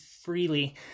freely